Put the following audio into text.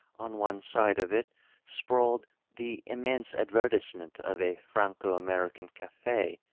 on one side of it sprawled the immense advertisement of a franco american cafi,